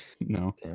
No